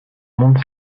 monde